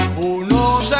Uno